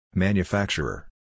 Manufacturer